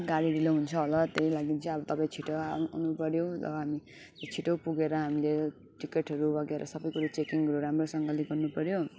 गाडी ढिलो हुन्छ होला त्यही लागि चाहिँ तपाईँ छिटो आ आउनुपऱ्यो र हामी त्यो छिटो पुगेर हामीले टिकेटहरू वगेरा सबै कुरा चेकिङहरू राम्रोसँगले गर्नुपऱ्यो